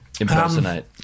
impersonate